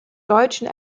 deutschen